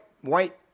white